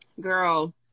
girl